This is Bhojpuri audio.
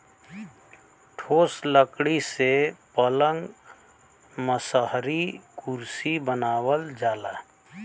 ठोस लकड़ी से पलंग मसहरी कुरसी बनावल जाला